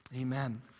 Amen